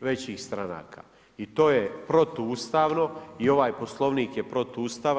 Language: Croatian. većih stranaka i to je protuustavno i ovaj Poslovnik je protuustavan.